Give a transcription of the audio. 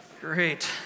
Great